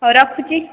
ହେଉ ରଖୁଛି